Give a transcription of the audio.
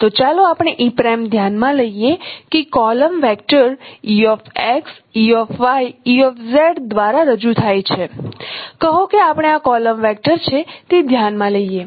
તો ચાલો આપણે e' ધ્યાનમાં લઈએ કે કોલમ વેક્ટર દ્વારા રજૂ થાય છે કહો કે આપણે આ કોલમ વેક્ટર છે તે ધ્યાનમાં લઈએ